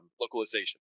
Localization